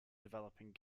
developing